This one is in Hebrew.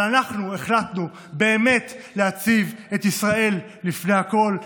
אבל אנחנו החלטנו באמת להציב את ישראל לפני הכול,